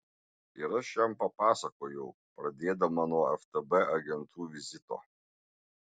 ir aš jam papasakojau pradėdama nuo ftb agentų vizito